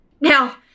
Now